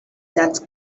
that